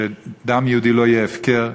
שדם יהודי לא יהיה הפקר.